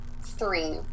three